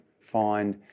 find